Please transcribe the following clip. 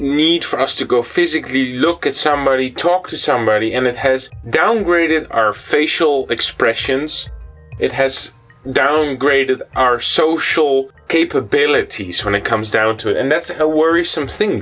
need for us to go physically look at somebody talk to somebody and it has downgraded our facial expressions it has downgraded our social capabilities when it comes down to it and that's a worrisome thing